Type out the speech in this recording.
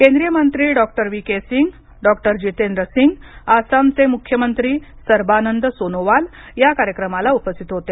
केंद्रीय मंत्री डॉ V K Singh doctor Jitendra Singh आसामचे मुख्यमंत्री सर्बानंद सोनोवाल कार्यक्रमाला उपस्थित होते